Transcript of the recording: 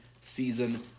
Season